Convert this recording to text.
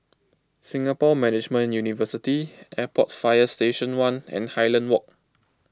Singapore Management University Airport Fire Station one and Highland Walk